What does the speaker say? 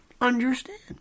understand